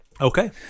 Okay